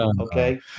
okay